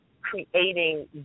creating